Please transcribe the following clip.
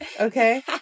Okay